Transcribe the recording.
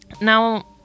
now